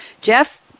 Jeff